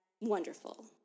wonderful